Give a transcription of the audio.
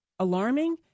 Alarming